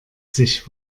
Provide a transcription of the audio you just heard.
sich